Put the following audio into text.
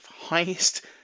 highest